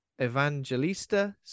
Evangelista